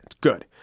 good